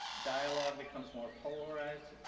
dialogue becomes more polarized.